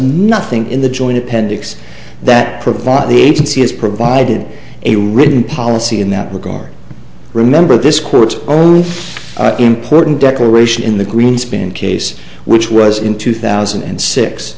nothing in the joint appendix that provides the agency has provided a written policy in that regard remember this court's only important declaration in the greenspan case which was in two thousand and six